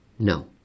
No